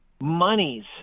monies